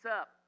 up